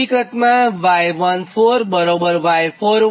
હકીકતમાં Y14Y410